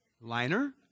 liner